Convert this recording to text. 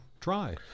try